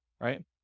right